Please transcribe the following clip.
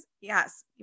Yes